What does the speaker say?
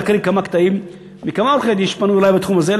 להקריא כמה קטעים ממכתבים של כמה עורכי-דין שפנו אלי בתחום הזה,